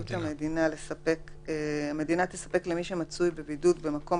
המדינה תספק למי שמצוי בבידוד במקום